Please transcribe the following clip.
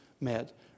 met